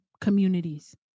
communities